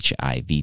HIV